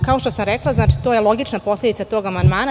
Kao što sam rekla, to je logična posledica tog amandmana.